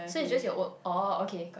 so it's just your work oh okay got